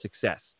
success